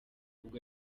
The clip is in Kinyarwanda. ubwo